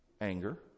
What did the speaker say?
anger